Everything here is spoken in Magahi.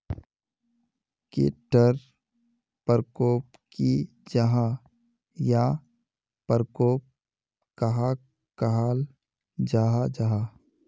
कीट टर परकोप की जाहा या परकोप कहाक कहाल जाहा जाहा?